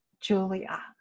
Julia